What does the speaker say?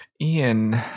Ian